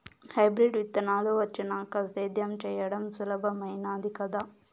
hybrid విత్తనాలు వచ్చినాక సేద్యం చెయ్యడం సులభామైనాది కదా